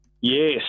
Yes